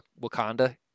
Wakanda